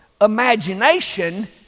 Imagination